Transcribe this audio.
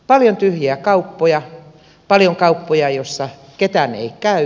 paljon tyhjiä kauppoja paljon kauppoja joissa ketään ei käy